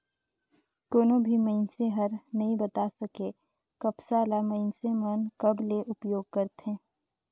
कोनो भी मइनसे हर नइ बता सके, कपसा ल मइनसे मन कब ले उपयोग करथे